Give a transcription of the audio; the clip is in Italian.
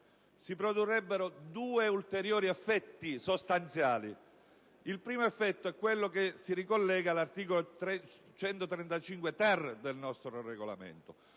si produrrebbero due ulteriori effetti sostanziali. Il primo effetto si ricollega all'articolo 135-*ter* del nostro Regolamento.